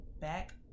back